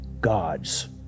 God's